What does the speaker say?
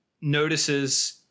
notices